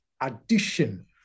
addition